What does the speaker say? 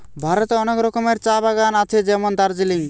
ভারতে অনেক রকমের চা বাগান আছে যেমন দার্জিলিং